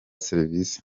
serivisi